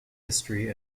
history